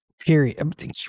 period